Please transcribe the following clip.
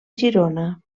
girona